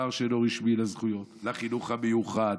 למוכר שאינו רשמי, לזכויות, לחינוך המיוחד,